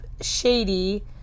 Shady